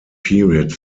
period